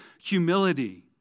humility